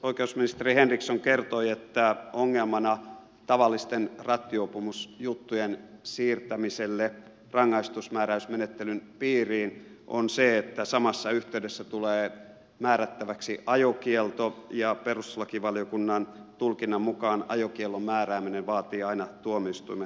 oikeusministeri henriksson kertoi että ongelmana tavallisten rattijuopumusjuttujen siirtämisessä rangaistusmääräysmenettelyn piiriin on se että samassa yhteydessä tulee määrättäväksi ajokielto ja perustuslakivaliokunnan tulkinnan mukaan ajokiellon määrääminen vaatii aina tuomioistuimen ratkaisun